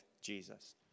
Jesus